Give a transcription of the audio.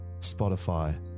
Spotify